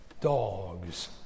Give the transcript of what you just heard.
dogs